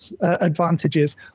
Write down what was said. advantages